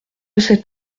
cet